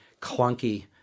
clunky